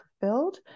fulfilled